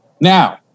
now